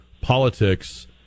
politics